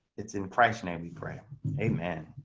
it's in christ's name we pray amen